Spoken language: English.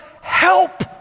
help